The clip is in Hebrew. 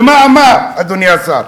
ומה הוא אמר, אדוני השר?